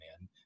man